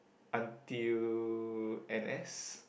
until N_S